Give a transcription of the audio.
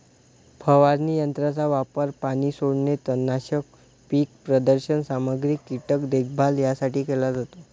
फवारणी यंत्राचा वापर पाणी सोडणे, तणनाशक, पीक प्रदर्शन सामग्री, कीटक देखभाल यासाठी केला जातो